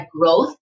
growth